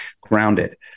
grounded